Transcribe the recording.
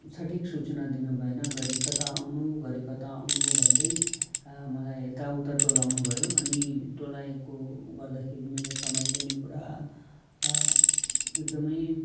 सठिक सूचना दिनु भएन घरि कता आउनु घरि कता आउनु भन्दै आ मलाई यताउता टोलाउनु भयो अनि टोलाएको गर्दाखेरि मेरो समय पनि पूरा एकदमै